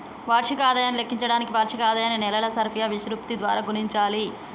వార్షిక ఆదాయాన్ని లెక్కించడానికి వార్షిక ఆదాయాన్ని నెలల సర్ఫియా విశృప్తి ద్వారా గుణించాలి